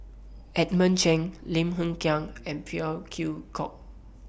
Edmund Cheng Lim Hng Kiang and Phey Yew Kok